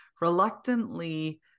reluctantly